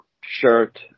shirt